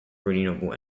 renewable